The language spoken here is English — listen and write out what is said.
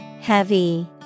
Heavy